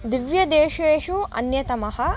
दिव्यदेशेषु अन्यतमः